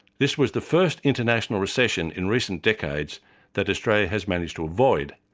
this was the first international recession in recent decades that australia has managed to avoid,